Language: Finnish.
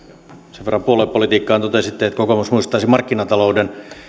sen verran puoluepolitiikkaa totesitte että kokoomus muistaisi markkinatalouden